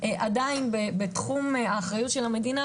עדיין בתחום האחריות של המדינה,